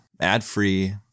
ad-free